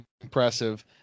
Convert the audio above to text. impressive